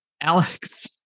Alex